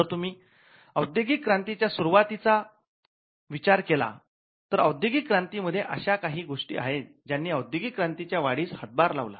जर तुम्ही औद्योगिक क्रांतीच्या सुरूवातीचा विचार केला तर औद्योगिक क्रांतीमध्ये अशा काही गोष्टी आहेत ज्यांनी औद्योगिक क्रांतीच्या वाढीसाठी हातभार लावला